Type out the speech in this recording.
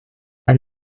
and